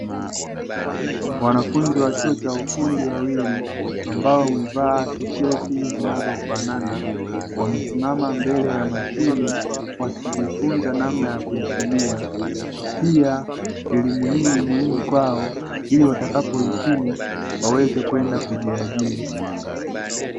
Wanafunzi wa chuo cha ufundi wawili ambao wamevaa tisheti zinazofanana, wamesimama mbele ya mashine wakijifunza namna ya kuitumia, pia elimu hii ni muhimu kwao ili watakapohitimu waweze kwenda kujiajiri.